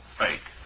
fake